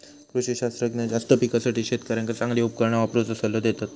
कृषी शास्त्रज्ञ जास्त पिकासाठी शेतकऱ्यांका चांगली उपकरणा वापरुचो सल्लो देतत